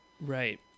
Right